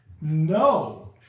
No